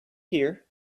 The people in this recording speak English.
hear